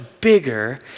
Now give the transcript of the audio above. bigger